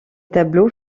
tableaux